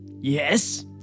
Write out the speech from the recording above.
Yes